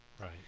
Right